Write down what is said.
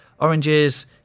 oranges